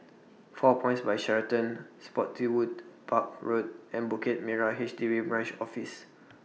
four Points By Sheraton Spottiswoode Park Road and Bukit Merah H D B Branch Office